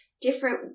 different